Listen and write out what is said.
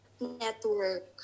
network